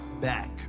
back